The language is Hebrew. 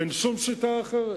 אין שום שיטה אחרת.